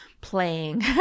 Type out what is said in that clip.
playing